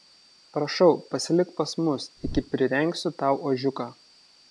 prašau pasilik pas mus iki prirengsiu tau ožiuką